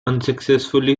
unsuccessfully